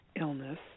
illness